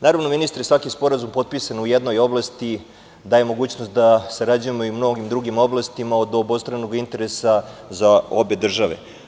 Naravno, ministre, svaki sporazum potpisan u jednoj oblasti daje mogućnost da sarađujemo i u mnogim drugim oblastima od obostranog interesa za obe države.